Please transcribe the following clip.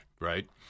right